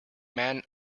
man